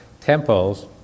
temples